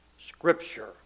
Scripture